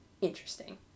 interesting